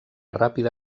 ràpida